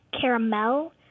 caramel